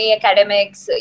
academics